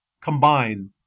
combine